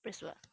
press what